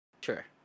Sure